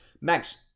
Max